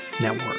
Network